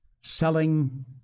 selling